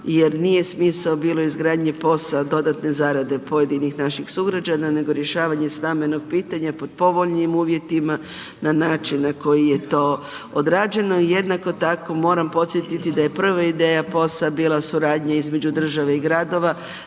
jer nije smisao bilo izgradnje POS-a dodatne zarade pojedinih naših sugrađana, nego rješavanje stambenog pitanja po povoljnim uvjetima, na način na koji je to odrađeno. Jednako tako moram podsjetiti da je prva ideja POS-a bila suradnja između države i gradova,